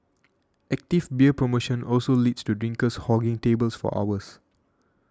active beer promotion also leads to drinkers hogging tables for hours